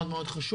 מאוד מאוד חשוב.